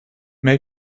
make